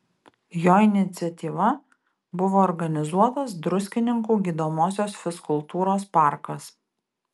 jo iniciatyva buvo organizuotas druskininkų gydomosios fizkultūros parkas